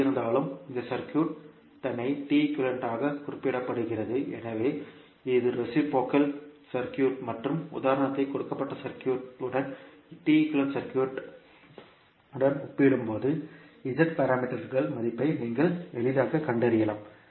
எப்படியிருந்தாலும் இந்த சர்க்யூட் தன்னை T ஈக்குவேலன்ட் ஆக குறிப்பிடப்படுகிறது எனவே இது ரேசிப்ரோகல் சர்க்யூட் மற்றும் உதாரணத்திற்கு கொடுக்கப்பட்ட சர்க்யூட் உடன் T ஈக்குவேலன்ட் சர்க்யூட் உடன் ஒப்பிடும்போது Z பாராமீட்டர்களின் மதிப்பை நீங்கள் எளிதாகக் கண்டறியலாம்